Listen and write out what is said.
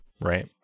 right